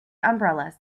umbrellas